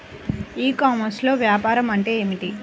ఈ కామర్స్లో వ్యాపారం అంటే ఏమిటి?